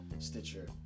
Stitcher